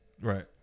Right